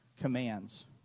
commands